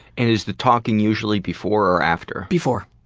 and is the talking usually before or after? before.